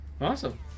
Awesome